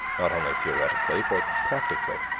not only theoretically, but practically.